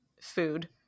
food